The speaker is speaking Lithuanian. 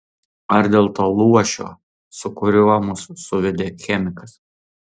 ar dėl to luošio su kuriuo mus suvedė chemikas